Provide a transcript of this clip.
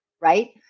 Right